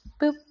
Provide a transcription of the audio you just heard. Boop